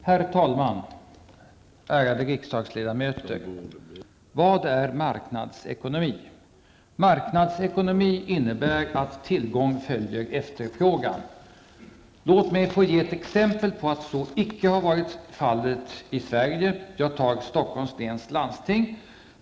Herr talman! Ärade riksdagsledamöter! Vad är marknadsekonomi? Marknadsekonomi innebär att tillgång följer efterfrågan. Låt mig ge ett exempel på att så icke har varit fallet i Sverige -- det är från Stockholms läns landsting.